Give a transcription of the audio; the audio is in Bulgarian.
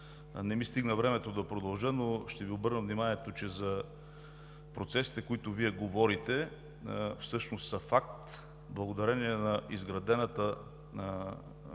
Не ми стигна времето да продължа, но ще Ви обърна внимание, че процесите, за които Вие говорите, всъщност са факт благодарение на изграденото